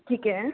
ਠੀਕ ਹੈ